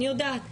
אני יודעת,